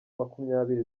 makumyabiri